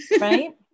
Right